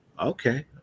Okay